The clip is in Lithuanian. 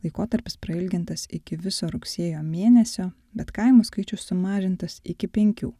laikotarpis prailgintas iki viso rugsėjo mėnesio bet kaimų skaičius sumažintas iki penkių